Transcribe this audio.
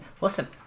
listen